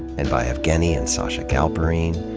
and by evgueni and sacha galperine.